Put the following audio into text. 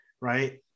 right